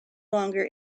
longer